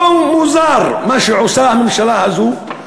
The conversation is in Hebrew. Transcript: לא מוזר מה שעושה הממשלה הזאת.